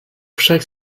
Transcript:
chaque